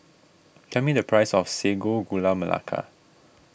tell me the price of Sago Gula Melaka